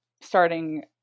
starting